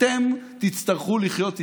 אתם תצטרכו לחיות איתה.